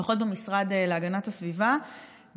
לפחות במשרד להגנת הסביבה,